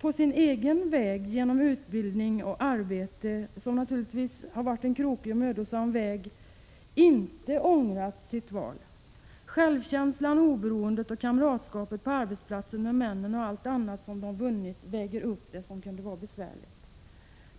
på sin egen väg genom utbildning och arbete, som naturligtvis har varit en krokig och mödosam väg, inte har ångrat sitt val. Självkänslan, oberoendet, kamratskapet med männen, m.m. på arbetsplatsen som de vunnit väger upp det besvärliga.